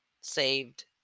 Saved